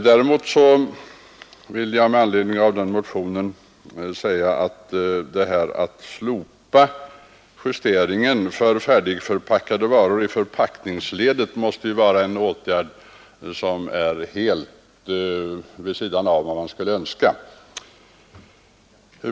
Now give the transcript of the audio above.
Däremot vill jag i anslutning till motionen säga att detta att slopa kontrollen av färdigförpackade varor i förpackningsledet måste vara en åtgärd som är helt vid sidan av vad man skulle önska.